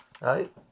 Right